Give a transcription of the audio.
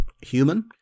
human